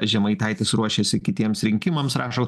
žemaitaitis ruošiasi kitiems rinkimams rašo